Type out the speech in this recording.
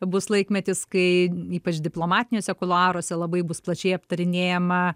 bus laikmetis kai ypač diplomatiniuose kuluaruose labai bus plačiai aptarinėjama